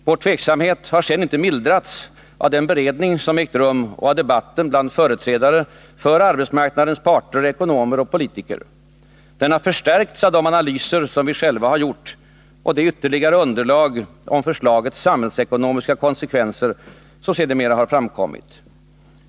Vår tveksamhet har inte mildrats av den beredning som därefter ägt rum och av debatten bland företrädare för arbetsmarknadens parter, ekonomer och politiker. Den har förstärkts av de analyser som vi själva har gjort och det ytterligare underlag om förslagets samhällsekonomiska konsekvenser som sedermera framkommit.